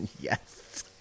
Yes